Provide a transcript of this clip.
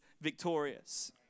victorious